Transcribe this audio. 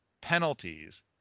penalties